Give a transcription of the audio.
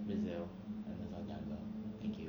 brazil amazon jungle thank you